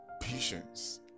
Patience